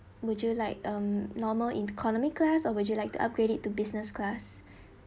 would you like um normal economy class or would you like to upgrade it to business class